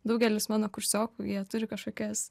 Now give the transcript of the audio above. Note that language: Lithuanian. daugelis mano kursiokų jie turi kažkokias